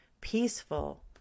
peaceful